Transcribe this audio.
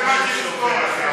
זה, עוד חוק חשוב שעובר,